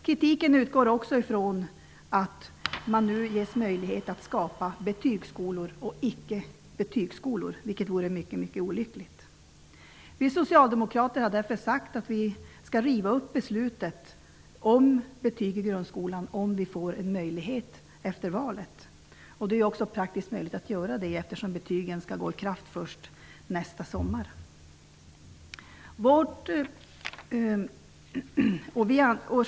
Kritiken utgår också ifrån att det ges möjlighet att skapa betygsskolor och icke betygsskolor, vilket vore mycket mycket olyckligt. Vi socialdemokrater har därför sagt att vi skall riva upp beslutet om betyg i grundskolan, om vi får en möjlighet efter valet. Det är också praktiskt möjligt att göra det, eftersom betygssystemet skall träda i kraft först nästa sommar.